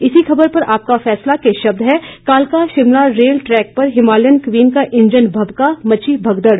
इसी खबर पर आपका फैसला के शब्द हैं कालका शिमला रेल ट्रैक पर हिमालयन क्वीन का इंजन भपका मची भगदड़